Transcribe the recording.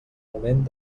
moment